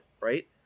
right